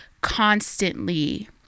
constantly